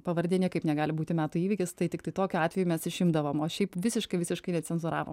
pavardė niekaip negali būti metų įvykis tai tiktai tokiu atveju mes išimdavom o šiaip visiškai visiškai necenzūravom